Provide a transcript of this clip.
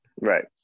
Right